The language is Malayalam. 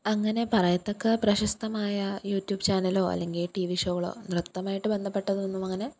അങ്ങനെ പറയത്തക്ക പ്രശസ്തമായ യൂറ്റൂബ് ചാനലൊ അല്ലെങ്കിൽ ടീ വീ ഷോകളൊ നൃത്തമായിട്ട് ബന്ധപ്പെട്ടതൊന്നുമങ്ങനെ